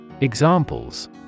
Examples